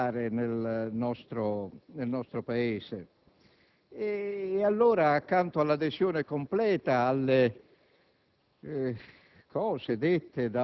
della democrazia parlamentare nel nostro Paese. Esprimendo adesione completa alle